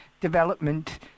development